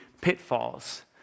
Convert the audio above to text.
pitfalls